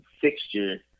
fixture